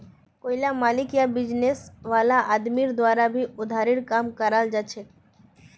कोईला मालिक या बिजनेस वाला आदमीर द्वारा भी उधारीर काम कराल जाछेक